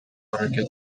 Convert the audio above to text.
аракет